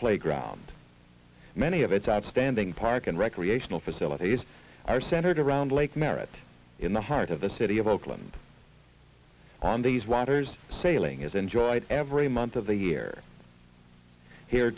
playground many of its outstanding park and recreational facilities are centered around lake merritt in the heart of the city of oakland on these waters sailing is enjoyed every month of the year here